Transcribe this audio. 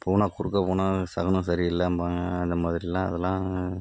பூனை குறுக்க போனால் சகுனம் சரியில்லம்பாங்க அந்த மாதிரில்லாம் அதெல்லாம்